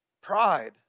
Pride